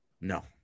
No